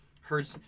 heard